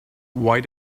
why